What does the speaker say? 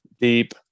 deep